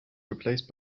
replaced